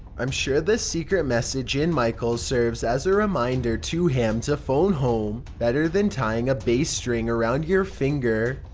i'm sure this secret message in michael serves as a reminder to him to phone home. better than tying a bass string around your finger.